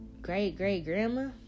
great-great-grandma